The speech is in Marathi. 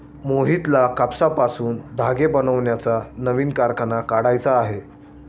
मोहितला कापसापासून धागे बनवण्याचा नवीन कारखाना काढायचा आहे